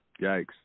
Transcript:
Yikes